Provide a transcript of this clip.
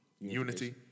unity